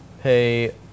pay